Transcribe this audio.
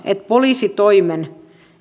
että poliisitoimen